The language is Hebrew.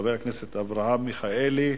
חבר הכנסת אברהם מיכאלי,